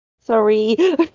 Sorry